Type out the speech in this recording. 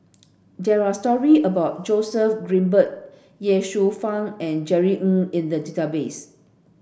there are story about Joseph Grimberg Ye Shufang and Jerry Ng in the database